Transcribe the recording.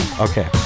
Okay